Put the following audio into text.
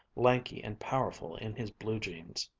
lanky and powerful in his blue jeans.